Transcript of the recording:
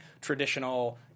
traditional